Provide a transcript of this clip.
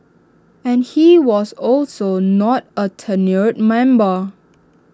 and he was also not A tenured member